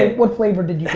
what flavor did you get?